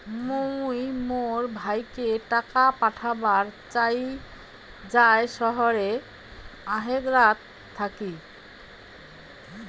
মুই মোর ভাইকে টাকা পাঠাবার চাই য়ায় শহরের বাহেরাত থাকি